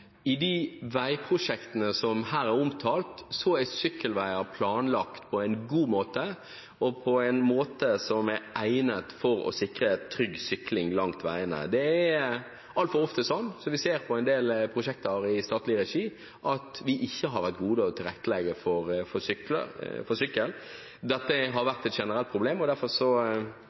i de veiprosjektene som her er omtalt, er sykkelveier planlagt på en god måte, og på en måte som er egnet for å sikre trygg sykling langs veiene. Det er altfor ofte sånn, som vi ser i en del prosjekter i statlig regi, at vi ikke har vært gode til å tilrettelegge for sykkel. Dette har vært et generelt problem. Det